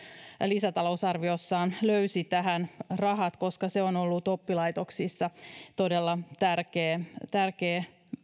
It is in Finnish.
lisätalousarviossaan löysi tähän rahat koska se on ollut oppilaitoksissa osittain todella tärkeä tärkeä